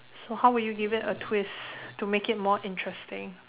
so how would you give it a twist to make it more interesting